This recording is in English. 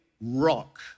rock